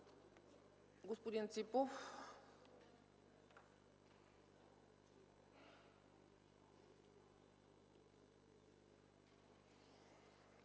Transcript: Господин Ципов,